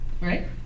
Right